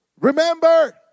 remember